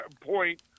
point